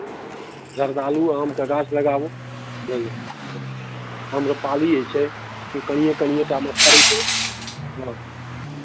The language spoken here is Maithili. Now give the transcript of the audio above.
जर्दालू आमके गाछ लगाबू बुझलियै हँ आम्रपाली होइ छै कनिए कनिए टामे फड़ै छै हँ